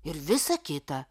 ir visa kita